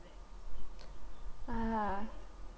ah